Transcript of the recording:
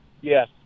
yes